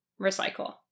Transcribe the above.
recycle